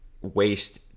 waste